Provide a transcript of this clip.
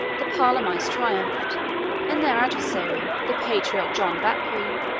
the palamites triumphed and their adversary, the patriarch john of apri,